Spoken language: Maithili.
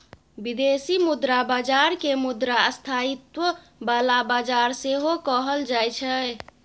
बिदेशी मुद्रा बजार केँ मुद्रा स्थायित्व बला बजार सेहो कहल जाइ छै